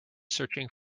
searching